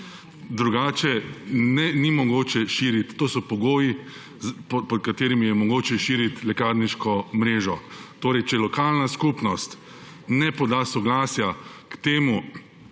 Drugače ni mogoče širiti, to so pogoji, pod katerimi je mogoče širiti lekarniško mrežo. Torej če lokalna skupnost ne poda soglasja k temu,